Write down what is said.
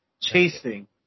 Chasing